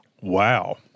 wow